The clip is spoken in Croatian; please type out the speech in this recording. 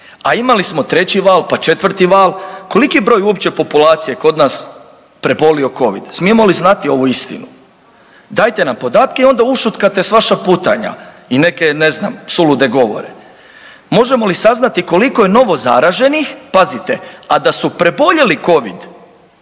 A imali smo treći val, pa četvrti val, koliki je broj uopće populacije kod nas prebolio covid, smijemo li znati ovu istinu? Dajete nam podatke i onda ušutkate sva šaputanja i neke ne znam sulude govore. Možemo li saznati koliko je novozaraženih, pazite, a da su preboljeli covid,